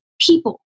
people